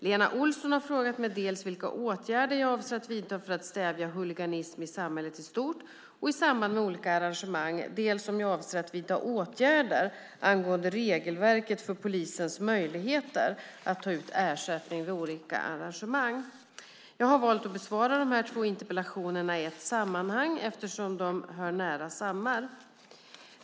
Lena Olsson har frågat mig dels vilka åtgärder jag avser att vidta för att stävja huliganism i samhället i stort och i samband med olika arrangemang, dels om jag avser att vidta åtgärder angående regelverket för polisens möjlighet att ta ut ersättning vid olika arrangemang. Jag har valt att besvara de här två interpellationerna i ett sammanhang eftersom de hör nära samman.